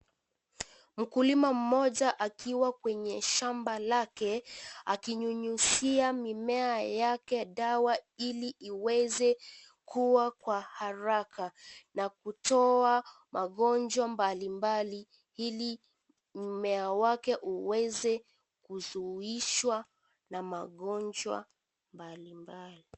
Mkulima mmoja akiwa kwenye shamba lake, akinyunyuzia mimea yake dawa ili iweze kua kwa haraka na kutoa magonjwa mbali mbali ili mmea wake uweze kusubishwa na magonjwa mbali mbali.